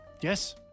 Yes